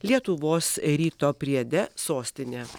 lietuvos ryto priede sostinė